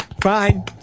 Fine